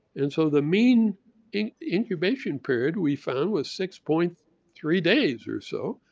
and so the mean incubation period we found with six point three days or so.